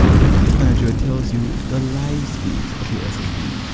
the task manager tells you the live speeds of your ssd.